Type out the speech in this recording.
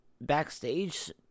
backstage